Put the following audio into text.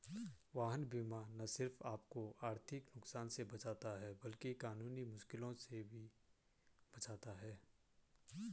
वाहन बीमा न सिर्फ आपको आर्थिक नुकसान से बचाता है, बल्कि कानूनी मुश्किलों से भी बचाता है